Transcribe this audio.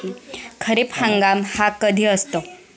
खरीप हंगाम हा कधी असतो?